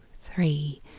three